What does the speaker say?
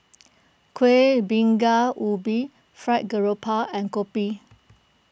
Kuih Bingka Ubi Fried Grouper and Kopi